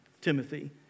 Timothy